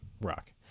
rock